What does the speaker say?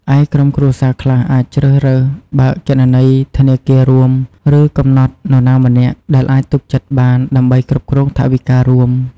ឯក្រុមគ្រួសារខ្លះអាចជ្រើសរើសបើកគណនីធនាគាររួម ឬកំណត់នរណាម្នាក់ដែលអាចទុកចិត្តបាន ដើម្បីគ្រប់គ្រងថវិការួម។